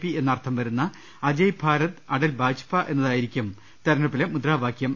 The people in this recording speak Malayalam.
പി എന്നർത്ഥം വരുന്ന അജയ് ഭാരത് അടൽ ബാജപ എന്നതായിരിക്കും തെര ഞ്ഞെടുപ്പിലെ മുദ്രാവാക്യം